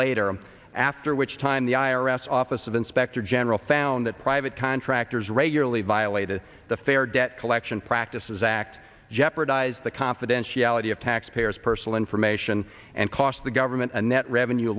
later after which time the i r s office of inspector general found that private contractors regularly violated the fair debt collection practices act jeopardize the confidentiality of taxpayers personal information and cost the government a net revenue